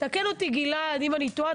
תקן אותי גלעד אם אני טועה,